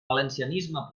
valencianisme